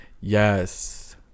Yes